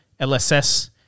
LSS